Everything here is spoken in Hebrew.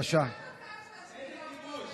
זאת תוצאה של הכיבוש, איזה כיבוש?